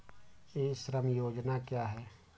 ई श्रम योजना क्या है?